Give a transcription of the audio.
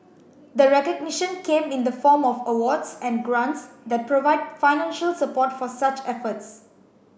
the recognition came in the form of awards and grants that provide financial support for such efforts